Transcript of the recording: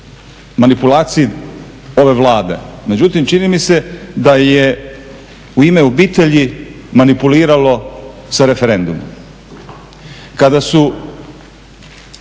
manipulaciji ove Vlade. Međutim, čini mi se da je U ime obitelji manipuliralo sa referendumom. Kada su